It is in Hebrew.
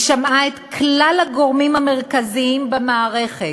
היא שמעה את כלל הגורמים המרכזיים במערכת,